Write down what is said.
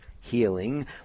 healing